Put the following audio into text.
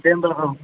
दे होमबा